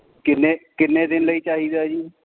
ਕਿੰਨੇ ਕਿੰਨੇ ਦਿਨ ਲਈ ਚਾਹੀਦਾ ਜੀ